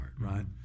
right